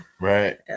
right